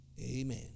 Amen